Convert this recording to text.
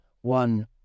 one